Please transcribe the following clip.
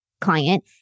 client